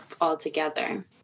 altogether